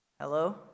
Hello